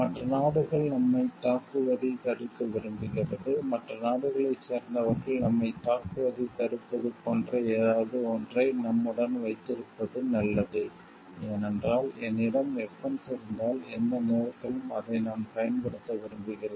மற்ற நாடுகள் நம்மைத் தாக்குவதைத் தடுக்க விரும்புகிறது மற்ற நாடுகளைச் சேர்ந்தவர்கள் நம்மைத் தாக்குவதைத் தடுப்பது போன்ற ஏதாவது ஒன்றை நம்முடன் வைத்திருப்பது நல்லது ஏனென்றால் என்னிடம் வெபன்ஸ் இருந்தால் எந்த நேரத்திலும் அதை நான் பயன்படுத்த விரும்புகிறேன்